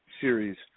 series